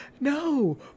no